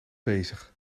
bezig